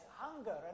hunger